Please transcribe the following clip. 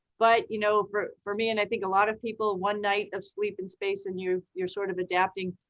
but you know for for me and i think a lot of people, one night of sleep in space and you you're sort of adapting,